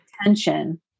attention